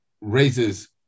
raises